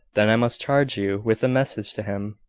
then i must charge you with a message to him.